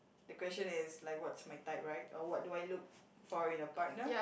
the question is like what's my type right or what do I look for in a partner